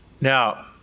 Now